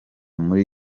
muri